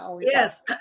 Yes